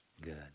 good